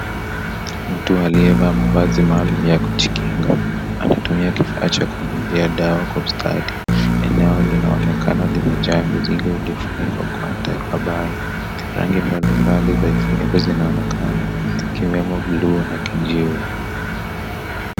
Mtu aliyevaa mavazi maalum ya kujikinga, anatumia kifaa maalum cha kuingizia dawa kwa ustadi. Eneo linaonekana limejaa mizigo iliyofunikwa kwa tarubai. Rangi mbalimbali za vifuniko zinaonekana, ikiwemo bluu na kijivu.